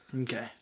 Okay